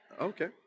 Okay